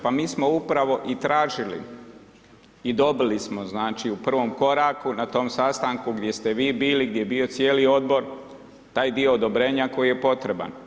Pa mi smo upravo i tražili i dobili smo znači u prvom koraku na tom sastanku gdje ste vi bili i gdje je bio cijeli odbor taj dio odobrenja koji je potreban.